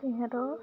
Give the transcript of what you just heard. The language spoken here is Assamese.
সিহঁতৰ